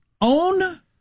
own